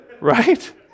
Right